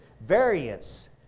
variance